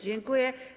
Dziękuję.